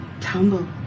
tumble